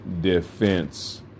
defense